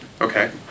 Okay